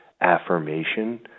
affirmation